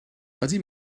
ydy